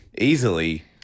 easily